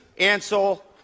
Ansel